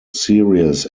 series